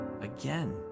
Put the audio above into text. Again